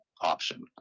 option